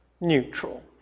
neutral